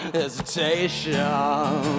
hesitation